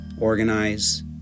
Organize